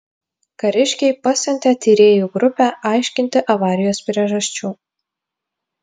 kariškiai pasiuntė tyrėjų grupę aiškinti avarijos priežasčių